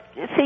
See